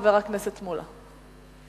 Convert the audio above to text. חבר הכנסת מולה.